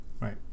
Right